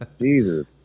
Jesus